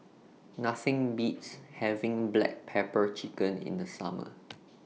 Nothing Beats having Black Pepper Chicken in The Summer